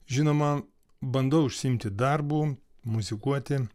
žinoma bandau užsiimti darbu muzikuoti